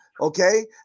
Okay